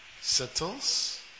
Settles